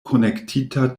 konektita